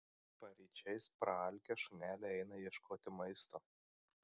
paryčiais praalkę šuneliai eina ieškoti maisto